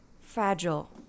fragile